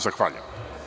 Zahvaljujem.